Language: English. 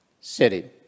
city